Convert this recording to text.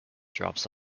drops